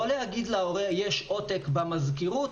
לא להגיד להורה: יש עותק במזכירות,